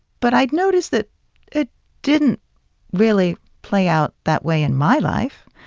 but i'd notice that it didn't really play out that way in my life.